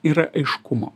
yra aiškumo